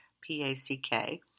P-A-C-K